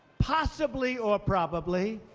possibly or probably,